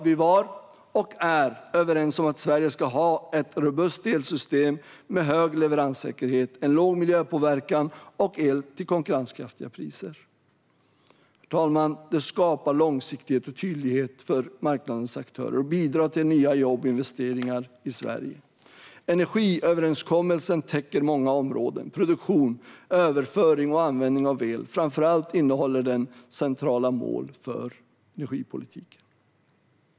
Vi var och är överens om att Sverige ska ha ett robust elsystem med hög leveranssäkerhet, en låg miljöpåverkan och el till konkurrenskraftiga priser. Detta skapar långsiktighet och tydlighet för marknadens aktörer och bidrar till nya jobb och investeringar i Sverige. Energiöverenskommelsen täcker många områden: produktion, överföring och användning av el. Framför allt innehåller den centrala mål för energipolitiken.